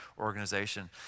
organization